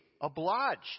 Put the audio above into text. obliged